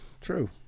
True